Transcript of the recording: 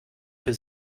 für